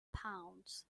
pounds